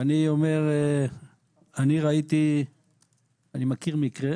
אני מכיר מקרה